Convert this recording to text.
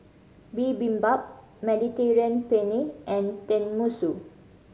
Bibimbap Mediterranean Penne and Tenmusu